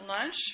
lunch